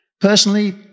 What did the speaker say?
Personally